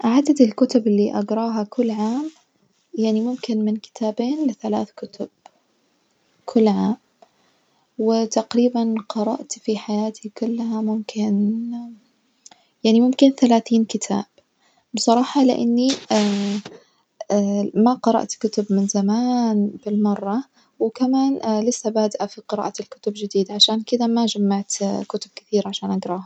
عدد الكتب اللي أجراها كل عام يعني ممكن من كتابين لثلاث كتب كل عام وتقريبا قرأت في حياتي كلها ممكن يعني ممكن ثلاثين كتاب بصراحة لإني ما قرأت كتب من زمان بالمرة، وكمان لسة بادئة في قراءة الكتب جديد عشان كدة ما جمعت كتب كثير عشان أجراها.